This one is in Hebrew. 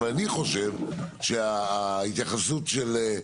אבל אני חושב שההתייחסות של,